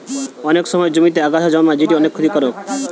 অনেক সময় জমিতে আগাছা জন্মায় যেটি অনেক ক্ষতিকারক